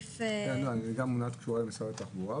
תקנות נהיגה מונעת קשורות למשרד החינוך?